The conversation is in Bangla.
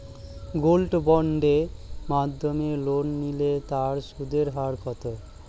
গোল্ড বন্ডের মাধ্যমে লোন নিলে তার সুদের হার কত?